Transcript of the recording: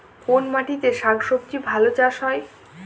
কোন মাটিতে শাকসবজী ভালো চাষ হয়?